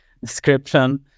description